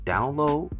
Download